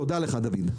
תודה לך, דוד.